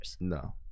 No